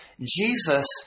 Jesus